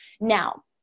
Now